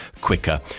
quicker